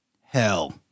Hell